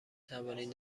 توانید